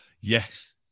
Yes